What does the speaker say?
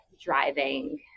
driving